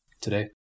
today